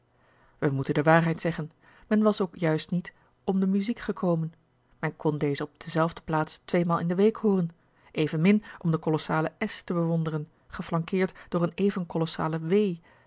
wij moeten de waarheid zeggen men was ook juist niet om de muziek gekomen men kon deze op dezelfde plaats tweemaal in de week hooren evenmin om de kolossale s te bewonderen geflankeerd door een even